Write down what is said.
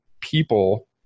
people